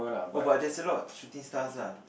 oh but there's a lot of shooting stars lah